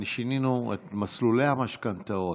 שינינו את מסלולי המשכנתאות.